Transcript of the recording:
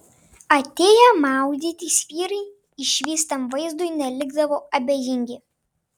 atėję maudytis vyrai išvystam vaizdui nelikdavo abejingi